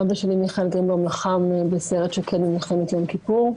אבא שלי לחם בסיירת שקד במלחמת יום כיפור.